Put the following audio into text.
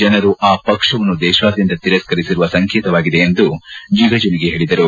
ಜನರು ಆ ಪಕ್ಷವನ್ನು ದೇಶಾದ್ಯಂತ ತಿರಸ್ತರಿಸಿರುವ ಸಂಕೇತವಾಗಿದೆ ಎಂದು ಜೆಗಜಿಣಗಿ ಹೇಳಿದರು